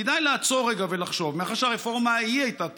כדאי לעצור רגע ולחשוב: מאחר שהרפורמה ההיא הייתה טעות,